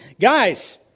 guys